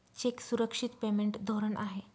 check सुरक्षित payment धोरण आहे